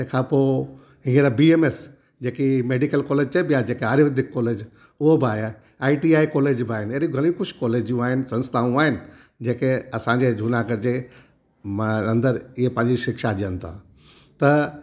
तंहिंखां पोइ हीअंर बी एम एस जेकी मेडीकल कालेज चएबी आहे जेका आर्यूवेदिक कालेज उहो बि आहे आई टी आई कालेज बि आहे अहिड़ी घणियूं कुझु कालेजूं आहिनि संथाऊं आहिनि जेके असांजे जुनागढ़ जे बा अंदरि हे पंहिंजी शिक्षा ॾेयन था त